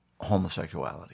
homosexuality